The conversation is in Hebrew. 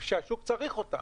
כשהשוק צריך אותן.